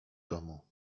domu